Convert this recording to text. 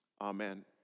Amen